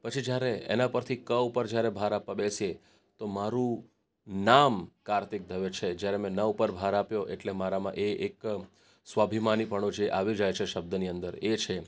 પછી જ્યારે એના પરથી ક ઉપર જ્યારે ભાર આપવા બેસીએ તો મારું નામ કાર્તિક દવે છે જ્યારે અમે ન ઉપર ભાર આપ્યો એટલે મારામાં એ એક સ્વાભિમાનીપણું જે આવી જાય છે શબ્દની અંદર એ છે